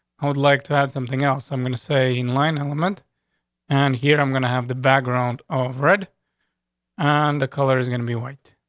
i would like to have something else i'm going to say in line element and here i'm gonna have the background of red on. the color is gonna be white,